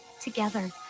together